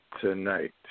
tonight